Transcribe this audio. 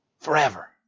Forever